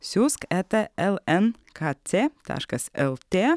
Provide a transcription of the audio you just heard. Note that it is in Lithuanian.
siųsk eta l n k c taškas lt